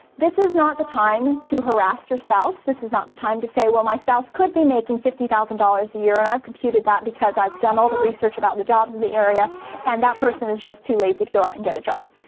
this is not the time to harass your spouse. this is not the time to say, well my spouse could be making fifty thousand dollars a year and i've computed that because i've done all the research about the jobs in the area and that person is just too lazy to go out and get a job.